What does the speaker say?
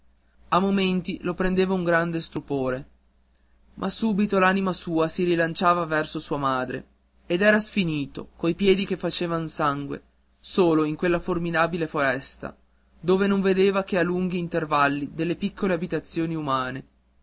a momenti lo prendeva un grande stupore ma subito l'anima sua si rilanciava verso sua madre ed era sfinito coi piedi che facevan sangue solo in mezzo a quella formidabile foresta dove non vedeva che a lunghi intervalli delle piccole abitazioni umane